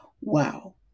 wow